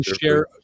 share